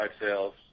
sales